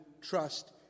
trust